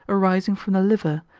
arising from the liver,